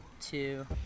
two